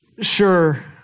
sure